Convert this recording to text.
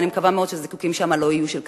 ואני מקווה מאוד שהזיקוקים שם לא יהיו של "קסאמים".